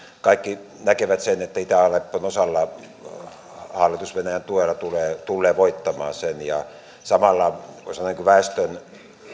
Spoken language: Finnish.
kaikki näkevät sen että itä aleppon osalla hallitus venäjän tuella tullee voittamaan samalla ainakin väestön